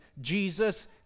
Jesus